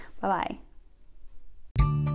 Bye-bye